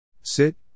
Sit